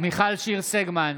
מיכל שיר סגמן,